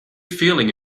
feeling